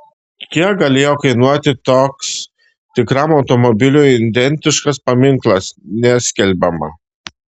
kiek galėjo kainuoti toks tikram automobiliui identiškas paminklas neskelbiama